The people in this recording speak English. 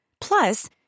Plus